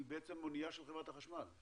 היא אנייה של חברת החשמל?